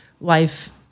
life